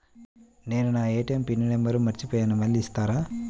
నేను నా ATM PIN number మర్చిపోయాను మళ్ళీ ఇస్తారా?